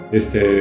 este